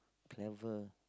clever